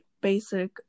basic